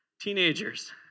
teenagers